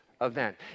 event